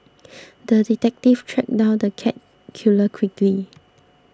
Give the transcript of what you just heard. the detective tracked down the cat killer quickly